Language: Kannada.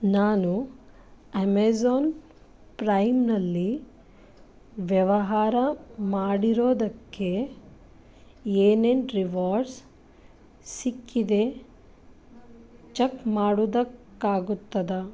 ನಾನು ಅಮೆಝನ್ ಪ್ರೈಮಿನಲ್ಲಿ ವ್ಯವಹಾರ ಮಾಡಿರೋದಕ್ಕೆ ಏನೇನು ರಿವಾರ್ಡ್ಸ್ ಸಿಕ್ಕಿದೆ ಚಕ್ ಮಾಡೋದಕ್ಕಾಗುತ್ತದಾ